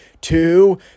two